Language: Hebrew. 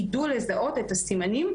ידעו לזהות את הסימנים,